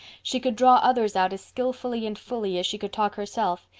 she could draw others out as skillfully and fully as she could talk herself,